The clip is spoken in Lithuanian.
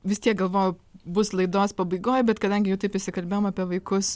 vis tiek galvoju bus laidos pabaigoj bet kadangi jau taip įsikalbėjom apie vaikus